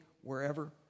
wherever